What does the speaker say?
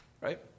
Right